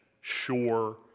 sure